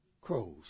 crows